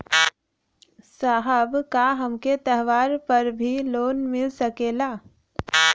साहब का हमके त्योहार पर भी लों मिल सकेला?